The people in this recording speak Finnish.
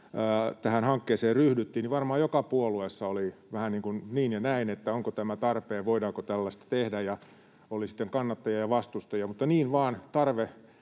tähän hankkeeseen ryhdyttiin, varmaan joka puolueessa oli vähän niin ja näin, onko tämä tarpeen, voidaanko tällaista tehdä, ja oli sitten kannattajia ja vastustajia. Mutta niin vaan tarpeesta